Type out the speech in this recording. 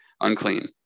unclean